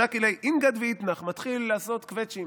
"שקיל ליה אינגד ואיתנח" הוא מתחיל לעשות קווצ'ים.